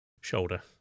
shoulder